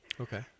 Okay